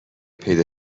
پیدا